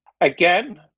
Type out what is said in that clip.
again